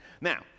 Now